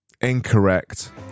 incorrect